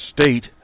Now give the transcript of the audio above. state